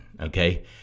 okay